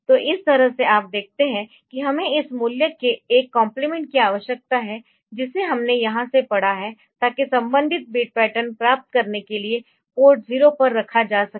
तो इस तरह से आप देखते है कि हमें इस मूल्य के एक कॉम्प्लीमेंट की आवश्यकता है जिसे हमने यहां से पढ़ा है ताकि संबंधित पैटर्न प्राप्त करने के लिए पोर्ट 0 पर रखा जा सके